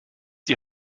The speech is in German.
die